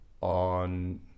on